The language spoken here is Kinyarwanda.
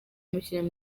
mushyire